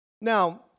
Now